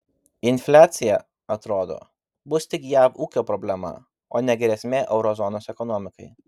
infliacija atrodo bus tik jav ūkio problema o ne grėsmė euro zonos ekonomikai